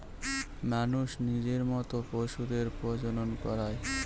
মানুষ নিজের মত পশুদের প্রজনন করায়